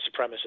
supremacist